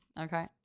Okay